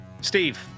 Steve